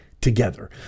together